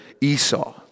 Esau